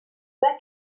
bacs